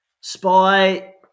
Spy